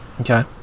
Okay